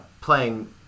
playing